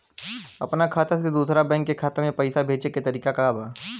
अपना खाता से दूसरा बैंक के खाता में पैसा भेजे के तरीका का बा?